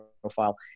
profile